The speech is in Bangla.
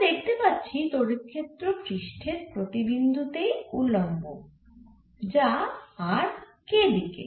আমরা দেখতে পাচ্ছি তড়িৎ ক্ষেত্র পৃষ্ঠের প্রতি বিন্দু তেই উলম্ব যা r k দিকে